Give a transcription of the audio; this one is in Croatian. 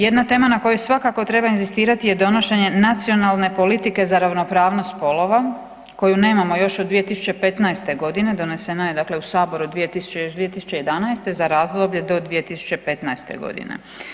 Jedna tema na kojoj svakako treba inzistirati je „Donošenje nacionalne politike za ravnopravnost spolova“ koju nemamo još od 2015.g., donesena je dakle u saboru još 2011. za razdoblje do 2015.g.